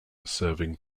serving